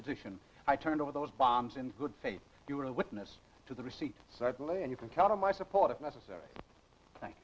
position i turned over those bombs in good faith you were a witness to the receipt certainly and you can count on my support if necessary th